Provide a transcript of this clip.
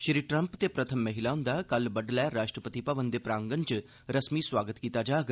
Shri Trump ते प्रथम महिला होंदा कल बडलै राश्ट्रपति भवन दे प्रांगन च रस्मी सुआगत कीता जाग